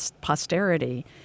posterity